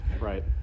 right